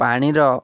ପାଣିର